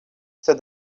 said